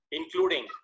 including